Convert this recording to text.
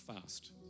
fast